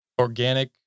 organic